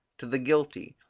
to the guilty,